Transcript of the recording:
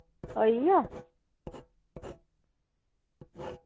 होई गेआ